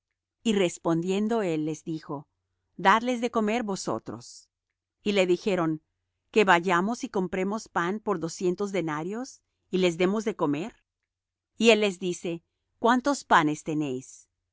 y respondiendo él les dijo dadles de comer vosotros y le dijeron que vayamos y compremos pan por doscientos denarios y les demos de comer y él les dice cuántos panes tenéis